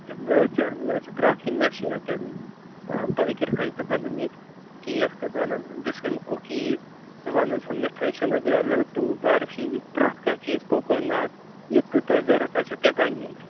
مےٚ حَظ چھِ مےٚ حَظ پرٛتھ کیٚنٛہہ مےٚ چھِ ییٚتہِ آ بٲکِرخانہِ تہِ بنان ییٚتہِ کیک تہِ بنان کُکیٖز تہِ بنان سۄ مِٹھٲے چھَ نہ حَظ لڈو برفی پرٛتھ کانٛہہ چیٖز کوکونٹ یہِ تہِ تۄہہِ ضروٗرت آسٮ۪و تہِ بنہِ ییٚتہِ